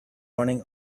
running